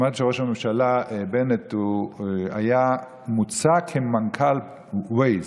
שמעתי שראש הממשלה בנט היה מוצע כמנכ"ל Waze,